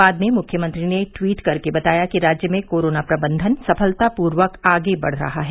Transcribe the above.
बाद में मुख्यमंत्री ने ट्वीट करके बताया कि राज्य में कोरोना प्रबंधन सफलतापूर्वक आगे बढ़ रहा है